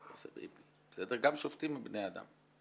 גם שופטים הם בני אדם.